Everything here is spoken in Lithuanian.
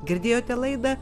girdėjote laidą